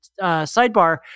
sidebar